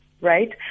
right